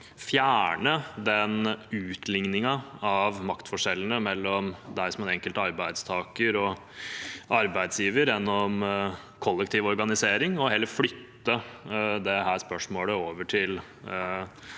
fjerne utligningen av maktforskjellene mellom den enkelte arbeidstaker og arbeidsgiver gjennom kollektiv organisering, og heller flytte dette over til